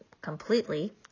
completely